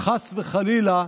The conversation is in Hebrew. חס וחלילה,